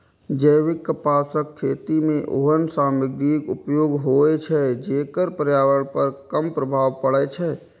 जैविक कपासक खेती मे ओहन सामग्रीक उपयोग होइ छै, जेकर पर्यावरण पर कम प्रभाव पड़ै छै